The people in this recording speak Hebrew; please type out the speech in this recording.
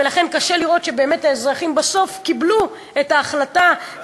ולכן קשה לראות שבאמת האזרחים בסוף קיבלו את ההחלטה,